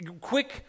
Quick